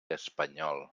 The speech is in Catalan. espanyol